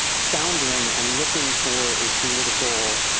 floundering and looking for a political